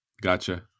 Gotcha